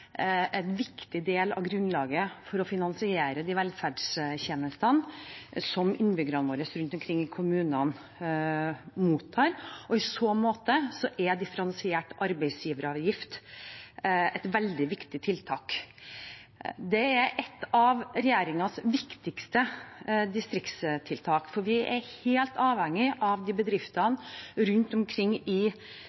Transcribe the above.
er en viktig del av grunnlaget for å finansiere de velferdstjenestene som innbyggerne våre rundt omkring i kommunene mottar. I så måte er differensiert arbeidsgiveravgift et veldig viktig tiltak. Det er et av regjeringens viktigste distriktstiltak, for vi er helt avhengige av bedriftene